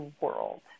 world